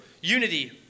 unity